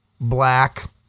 black